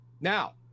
Now